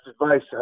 advice